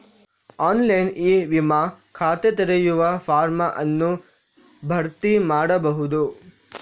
online e ವಿಮಾ ಖಾತೆ ತೆರೆಯುವ ಫಾರ್ಮ್ ಅನ್ನು ಭರ್ತಿ ಮಾಡಬಹುದು